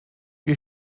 wir